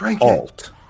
Alt